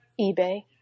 eBay